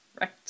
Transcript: Right